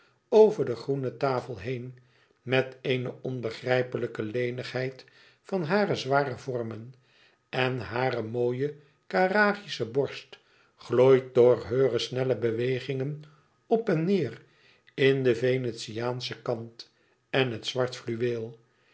over de groene e ids aargang tafel heen met eene onbegrijpelijke lenigheid in hare zware vormen en hare mooie carrarische borst glooit door heure snelle bewegingen op en neêr in de venetiaansche kant en het zwarte fluweel